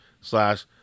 slash